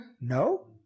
No